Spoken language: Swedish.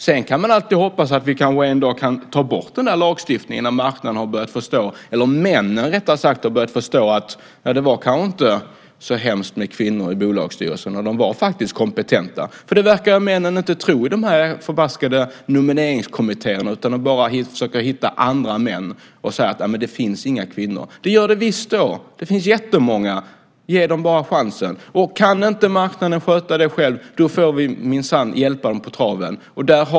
Sedan kan man alltid hoppas att vi en dag kan ta bort denna lagstiftning, när marknaden - eller rättare sagt männen - har börjat förstå att det kanske inte var så hemskt med kvinnor i bolagsstyrelserna, att de faktiskt var kompetenta. Det verkar nämligen männen i de här förbaskade nomineringskommittéerna inte tro. De försöker bara hitta andra män och säger att det inte finns några kvinnor. Det gör det visst! Det finns jättemånga. Ge dem bara chansen! Kan inte marknaden sköta detta själv får vi minsann hjälpa den på traven.